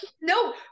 No